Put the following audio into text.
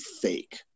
fake